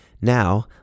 now